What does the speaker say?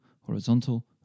horizontal